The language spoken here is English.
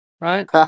right